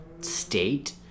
state